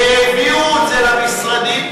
העבירו את זה למשרדים,